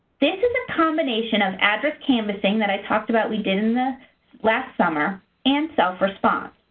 this is a combination of address canvassing that i talked about we did in the last summer and self-response.